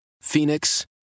Phoenix